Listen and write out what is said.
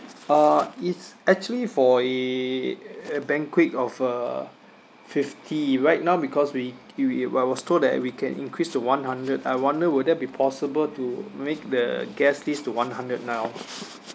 uh it's actually for a banquet of uh fifty right now because we we were I was told that we can increase to one hundred I wonder will that be possible to make the guest list to one hundred now